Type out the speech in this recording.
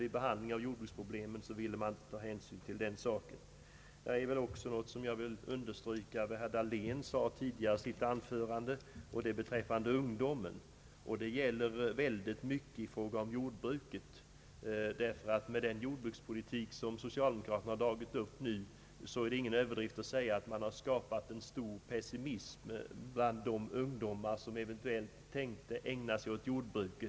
Vid behandlingen av jordbruksproblemen ville dock inte regeringen ta hänsyn till den saken. Herr Dahlén tog upp problemen för ungdomen, en fråga som jag också vill något beröra. Med den jordbrukspolitik som socialdemokraterna nu har dragit upp är det ingen överdrift att säga att man har skapat en stor pessimism bland de ungdomar som eventuellt tänkt ägna sig åt jordbruk.